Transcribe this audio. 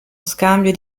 scambio